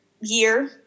year